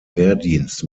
wehrdienst